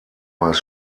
weiß